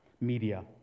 media